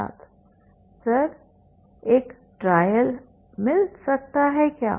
छात्र सर एक ट्रायल मिल सकता है क्या